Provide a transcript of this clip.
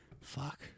Fuck